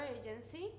agency